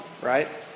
right